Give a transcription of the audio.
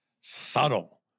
subtle